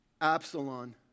Absalom